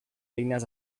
eines